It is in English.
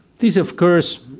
this, of course,